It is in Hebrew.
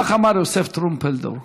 כך אמר יוסף טרומפלדור,